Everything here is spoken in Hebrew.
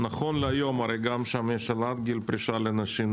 הרי היום יש כבר דיונים על העלאת גיל הפרישה לנשים.